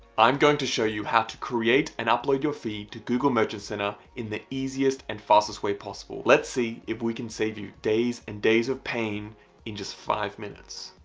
i'm going to show you how to create and upload your feed to google merchant center in the easiest and fastest way possible. let's see if we can save you days and days of pain in just five minutes,